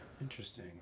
Interesting